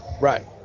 Right